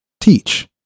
teach